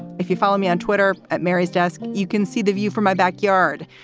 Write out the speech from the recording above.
if you follow me on twitter at mary's desk, you can see the view from my backyard,